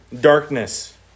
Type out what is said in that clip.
darkness